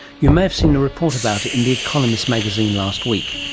you may have seen a report about it in the economist magazine last week.